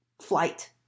flight